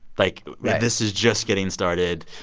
like, this is just getting started.